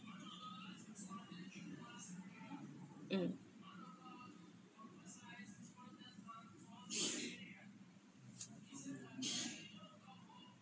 mm